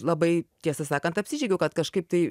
labai tiesą sakant apsidžiaugiau kad kažkaip tai